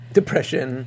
Depression